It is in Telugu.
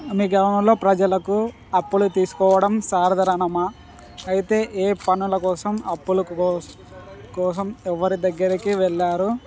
మీ గ్రామంలో ప్రజలకు అప్పులు తీసుకోవడం సాధారణమా అయితే ఏ పనుల కోసం అప్పులకు పో కోసం ఎవరి దగ్గరికి వెళ్ళారు